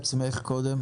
התכנון?